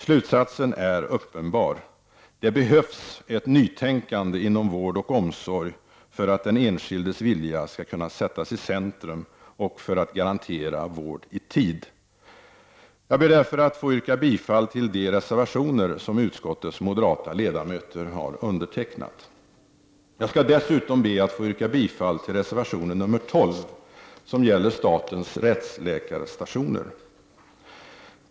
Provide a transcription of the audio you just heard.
Slutsatsen är uppenbar: Det behövs ett nytänkande inom vård och omsorg för att den enskildes vilja skall kunna sättas i centrum och för att garantera vård i tid. Jag ber därför att få yrka bifall till de reservationer som utskottets moderata ledamöter har undertecknat. Jag skall dessutom be att få yrka bifall till reservationen nr 12, som gäller statens rättsläkarstationer.